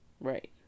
Right